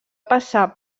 passar